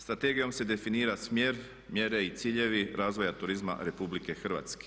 Strategijom se definira smjer, mjere i ciljevi razvoja turizma RH.